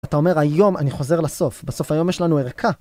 אתה אומר היום אני חוזר לסוף. בסוף היום יש לנו ערכה.